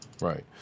Right